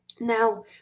Now